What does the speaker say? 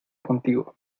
contigo